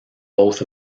both